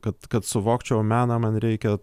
kad kad suvokčiau meną man reikia